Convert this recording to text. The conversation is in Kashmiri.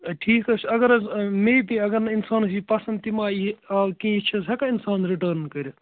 اَدٕ ٹھیٖک حظ چھُ اگر حظ مےٚ پے اگر نہٕ اِنسانس یہِ پسنٛد تہِ ما یِیہِ آو کیٚنٛہہ چھِ ہٮ۪کن اِنسان رِٹٲرٕن کٔرِتھ